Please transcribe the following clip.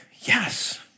Yes